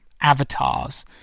avatars